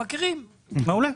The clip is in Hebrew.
מעולה.